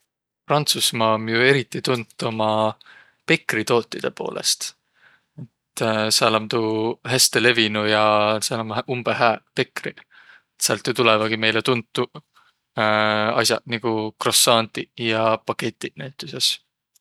Prantsusmaa om jo eriti tunt uma pekrituutidõ poolõst. Et sääl om tuu häste levinüq ja sääl ommaq umbõ hääq pekriq. Säält jo tulõvagiq meile tuntuq as'aq nigu croissantiq ja baguette'iq näütüses.